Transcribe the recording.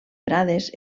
prades